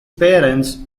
parents